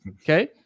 okay